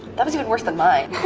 that was even worse than mine.